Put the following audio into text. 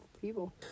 people